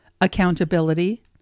Accountability